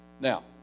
now